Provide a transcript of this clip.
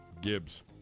Gibbs